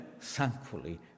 thankfully